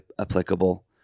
applicable